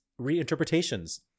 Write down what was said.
reinterpretations